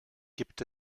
gibt